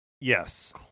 Yes